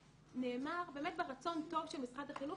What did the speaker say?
נאמר באמת ברצון טוב של משרד החינוך,